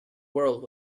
world